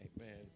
Amen